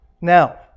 Now